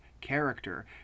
character